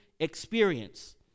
experience